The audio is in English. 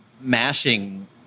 mashing